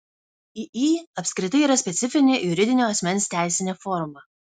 iį apskritai yra specifinė juridinio asmens teisinė forma